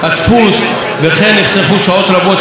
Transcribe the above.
וכן נחסכו שעות רבות של דיוני סרק,